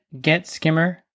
GetSkimmer